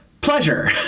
Pleasure